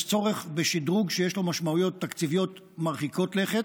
יש צורך בשדרוג שיש לו משמעויות תקציביות מרחיקות לכת.